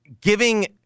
giving –